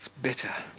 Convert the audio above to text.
bitter,